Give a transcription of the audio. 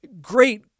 great